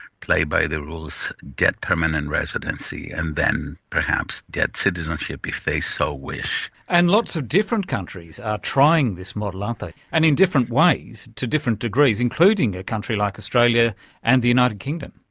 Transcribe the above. play by the rules, get permanent residency, and then perhaps get citizenship if they so wish. and lots of different countries are trying this model, aren't they, and in different ways to different degrees, including a country like australia and the united kingdom.